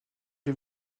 les